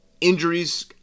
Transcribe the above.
injuries